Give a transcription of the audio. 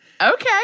Okay